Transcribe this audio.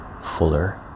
fuller